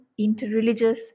interreligious